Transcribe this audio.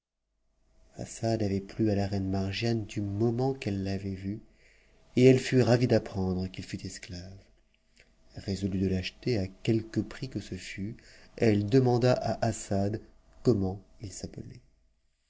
avait plu à la reine margiane du moment qu'elle l'avait vu et elle fut ravie d'apprendre qu'il lut esclave résolue de l'acheter à quelque prix que ce fût elle demanda à assad comment il s'appelait